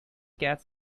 cats